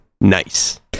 Nice